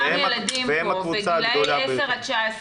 ילדים בגילאי 10 עד 19,